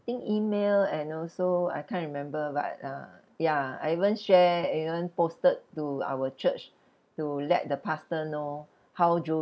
I think email and also I can't remember but uh ya I even share even posted to our church to let the pastor know how jovie